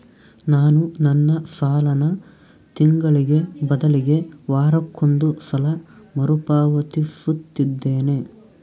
ನಾನು ನನ್ನ ಸಾಲನ ತಿಂಗಳಿಗೆ ಬದಲಿಗೆ ವಾರಕ್ಕೊಂದು ಸಲ ಮರುಪಾವತಿಸುತ್ತಿದ್ದೇನೆ